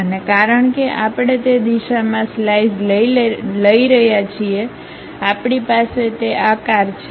અને કારણ કે આપણે તે દિશામાં સ્લાઇસ લઈ રહ્યા છીએ આપણી પાસે તે આકાર છે